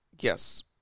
Yes